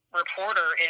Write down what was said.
reporter